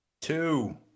Two